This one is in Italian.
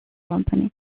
company